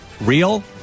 real